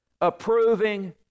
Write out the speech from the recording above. approving